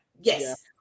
Yes